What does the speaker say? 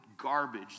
garbage